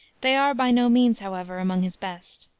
they are by no means, however, among his best.